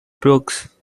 brooks